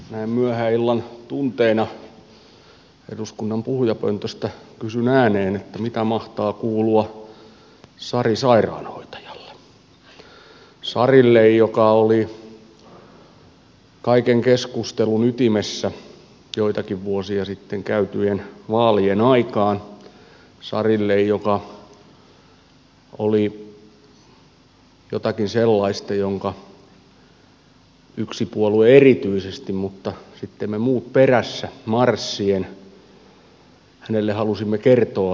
näin myöhäisen illan tunteina eduskunnan puhujapöntöstä kysyn ääneen mitä mahtaa kuulua sari sairaanhoitajalle sarille joka oli kaiken keskustelun ytimessä joitakin vuosia sitten käytyjen vaalien aikaan sarille joka oli jotakin sellaista jonka yksi puolue erityisesti mutta sitten me muut perässä marssien hänelle halusi kertoa